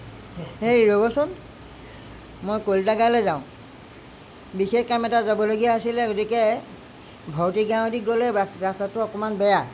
হেৰি ৰ'বচোন মই কলিতা গাঁৱলে যাওঁ বিশেষ কাম এটাত যাবলগীয়া আছিলে গতিকে ভৰতি গাঁওৱেদি গ'লে ৰাস্তাটো অকমান বেয়া